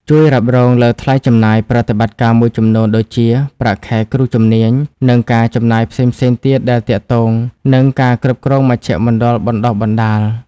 ជួយរ៉ាប់រងលើថ្លៃចំណាយប្រតិបត្តិការមួយចំនួនដូចជា ប្រាក់ខែគ្រូជំនាញ និងការចំណាយផ្សេងៗទៀតដែលទាក់ទងនឹងការគ្រប់គ្រងមជ្ឈមណ្ឌលបណ្តុះបណ្តាល។